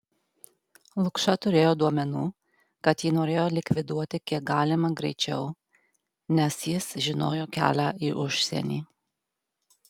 lukša turėjo duomenų kad jį norėjo likviduoti kiek galima greičiau nes jis žinojo kelią į užsienį